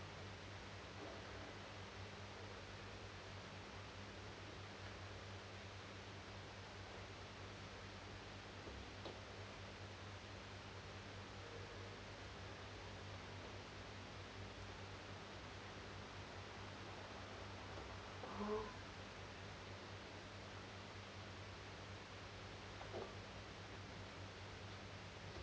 oh